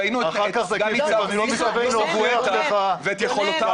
ראינו את סגן ניצב ניסו גואטה ואת יכולותיו,